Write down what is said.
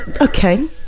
Okay